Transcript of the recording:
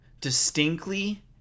distinctly